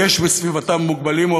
או שיש בסביבתם מוגבלים,